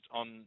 on